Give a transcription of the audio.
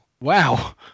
Wow